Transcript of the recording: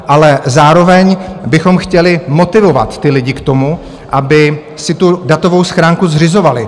Ale zároveň bychom chtěli motivovat lidi k tomu, aby si datovou schránku zřizovali.